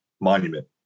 monument